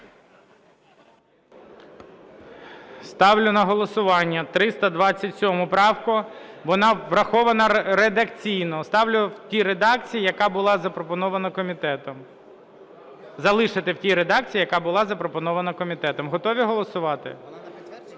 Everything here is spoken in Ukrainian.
Ставлю на голосування 327 правку. Вона врахована редакційно. Ставлю в тій редакції, яка була запропонована комітетом. Залишити в тій редакції, яка була запропонована комітетом. Готові голосувати? Прошу підтримати